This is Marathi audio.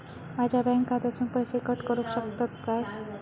माझ्या बँक खात्यासून पैसे कट करुक शकतात काय?